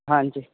ਹਾਂਜੀ